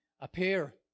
appear